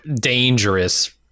dangerous